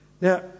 Now